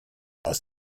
aus